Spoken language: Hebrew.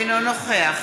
אינו נוכח